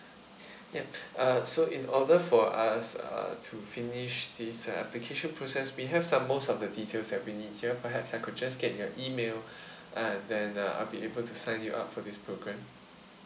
yup uh so in order for us uh to finish this application process we have some most of the details that we need here perhaps I could just get your email uh then uh I'll be able to sign you up for this programme